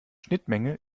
schnittmenge